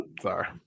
Sorry